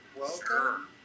Welcome